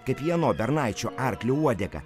kaip vieno bernaičio arklio uodegą